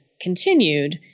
continued